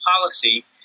policy